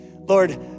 Lord